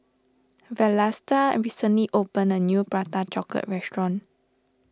Vlasta recently opened a new Prata Chocolate restaurant